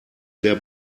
der